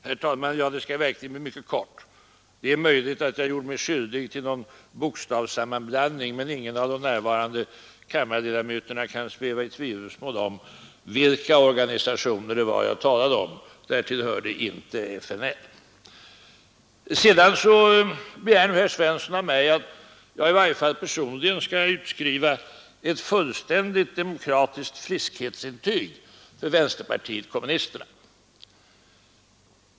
Herr talman! Mitt inlägg skall verkligen bli mycket kort. Det är möjligt att jag gjorde mig skyldig till någon bokstavssammanblandning, men ingen av de närvarande kammarledamöterna kan sväva i tvivelsmål om vilka organisationer det var jag talade om. Därtill hörde inte FNL. Sedan begär herr Svensson i Malmö av mig att jag personligen skall utskriva ett fullständigt demokratiskt friskhetsintyg för vänsterpartiet kommunisterna.